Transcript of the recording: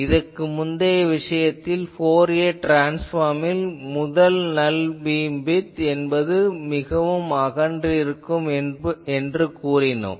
இதற்கு முந்தைய விஷயத்தில் ஃபோரியர் ட்ரான்ஸ்ஃபார்மில் முதல் நல் பீம்விட்த் என்பது மிகவும் அகன்று இருக்கும் என்று கூறினோம்